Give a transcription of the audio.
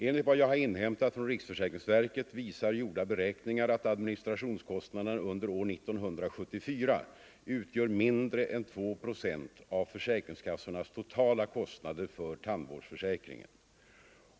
Enligt vad jag har inhämtat från riksförsäkringsverket visar gjorda beräkningar att administrationskostnaderna under år 1974 utgör mindre än 2 procent av försäkringskassornas totala kostnader för tandvårdsförsäkringen.